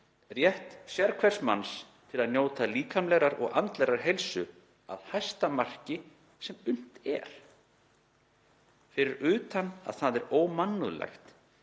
„rétt sérhvers manns til þess að njóta líkamlegrar og andlegrar heilsu að hæsta marki sem unnt er“. Fyrir utan það að það er ómannúðlegt